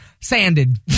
Sanded